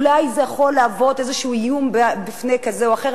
אולי זה יכול להוות איזה איום בפני כזה או אחר,